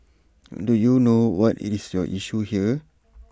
do you know what IT is your issue here